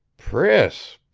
priss,